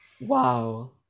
Wow